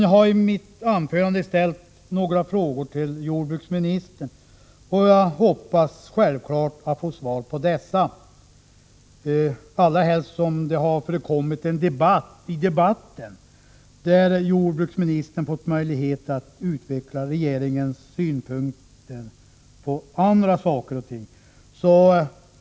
Jag har i mitt anförande ställt några frågor till jordbruksministern, och jag hoppas självfallet att få svar på dessa, allra helst som det har varit en debatt i debatten där jordbruksministern haft möjlighet att utveckla regeringens synpunkter på andra saker och ting.